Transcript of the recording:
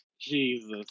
Jesus